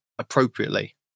Appropriately